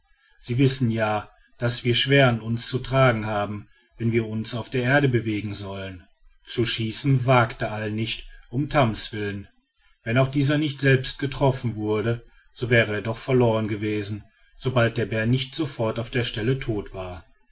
sie wissen ja daß wir schwer an uns zu tragen haben wenn wir uns auf der erde bewegen sollen zu schießen wagte all nicht um tams willen wenn auch dieser nicht selbst getroffen wurde so wäre er doch verloren gewesen sobald der bär nicht sofort auf der stelle tot war